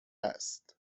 است